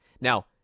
Now